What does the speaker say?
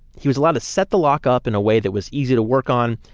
he was allowed to set the lock up in a way that was easier to work on,